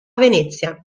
venezia